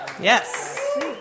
Yes